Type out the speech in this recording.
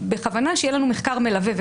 בכוונה שיהיה לנו מחקר מלווה.